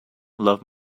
love